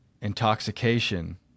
Intoxication